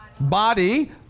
Body